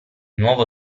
nuovo